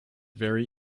very